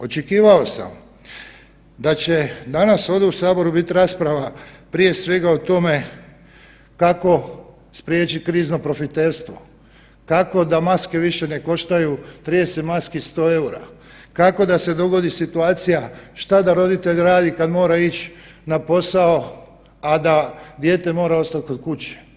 Očekivao sam da će danas ovdje u saboru biti rasprava prije svega o tome kako spriječiti krizno profiterstvo, kako da maske više ne koštaju 30 maski 100 EUR-a, kako da se dogodi situacija šta da roditelj radi kad mora ići na posao, a da dijete mora ostati kod kuće.